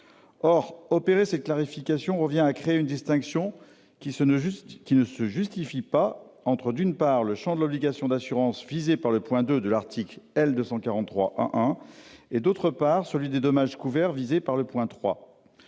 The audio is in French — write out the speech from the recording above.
Or opérer cette clarification revient à créer une distinction qui ne se justifie pas entre, d'une part, le champ de l'obligation d'assurance visé par le point II de l'article L. 243-1-1 et, d'autre part, celui des dommages couverts visé par le point